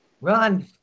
Run